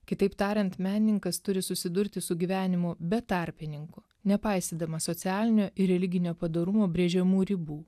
kitaip tariant menininkas turi susidurti su gyvenimu be tarpininkų nepaisydamas socialinio ir religinio padorumo brėžiamų ribų